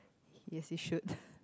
yes it should